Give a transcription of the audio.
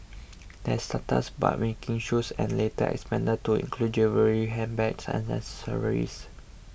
they started us by making shoes and later expanded to include jewellery handbags and accessories